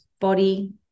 body